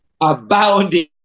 abounding